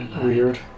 weird